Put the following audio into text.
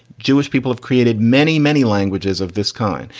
jewish people have created many, many languages of this kind.